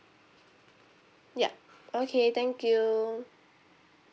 yup okay thank you